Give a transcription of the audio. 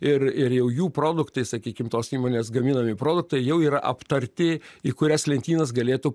ir ir jau jų produktai sakykim tos įmonės gaminami produktai jau yra aptarti į kurias lentynas galėtų